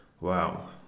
Wow